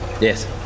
Yes